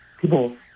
people